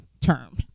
term